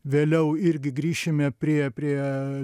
vėliau irgi grįšime prie prie